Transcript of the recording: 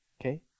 okay